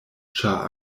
ĉar